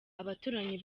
abaturanyi